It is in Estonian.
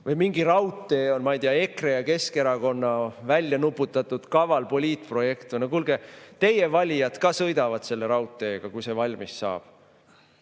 Või mingi raudtee on, ma ei tea, EKRE ja Keskerakonna välja nuputatud kaval poliitprojekt. No kuulge, teie valijad ka sõidavad selle raudteega, kui see valmis saab.